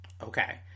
okay